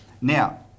Now